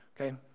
okay